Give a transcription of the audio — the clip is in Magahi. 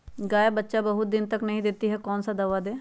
गाय बच्चा बहुत बहुत दिन तक नहीं देती कौन सा दवा दे?